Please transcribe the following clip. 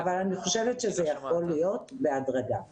אבל אני חושבת שזה יכול להיות בהדרגה.